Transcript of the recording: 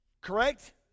correct